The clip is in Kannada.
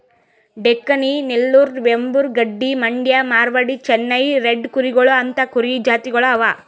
ಡೆಕ್ಕನಿ, ನೆಲ್ಲೂರು, ವೆಂಬೂರ್, ಗಡ್ಡಿ, ಮಂಡ್ಯ, ಮಾರ್ವಾಡಿ, ಚೆನ್ನೈ ರೆಡ್ ಕೂರಿಗೊಳ್ ಅಂತಾ ಕುರಿ ಜಾತಿಗೊಳ್ ಅವಾ